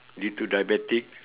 lead to diabetic